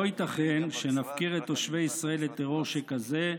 לא ייתכן שנפקיר את תושבי ישראל לטרור שכזה.